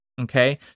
Okay